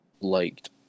liked